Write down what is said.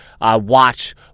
watch